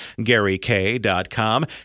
GaryK.com